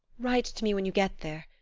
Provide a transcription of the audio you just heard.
write to me when you get there,